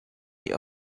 die